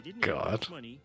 God